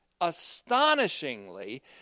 astonishingly